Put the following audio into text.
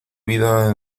vida